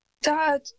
Dad